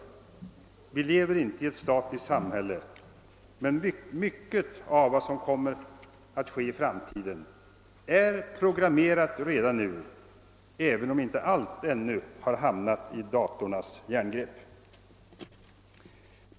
Vi lever i ett statiskt samhälle. Men mycket av vad som kommer att ske i framtiden är programmerat redan nu; även om inte allt ännu har hamnat i datorernas järngrepp.